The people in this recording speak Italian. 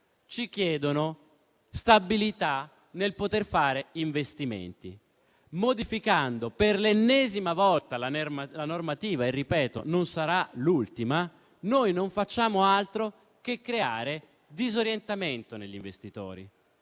ci chiedono stabilità nel poter fare investimenti. Modificando per l'ennesima volta la normativa - e, ripeto, non sarà l'ultima - non facciamo altro che creare disorientamento negli investitori